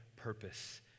purpose